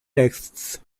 texts